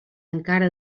encara